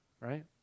right